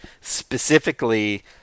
specifically